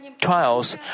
trials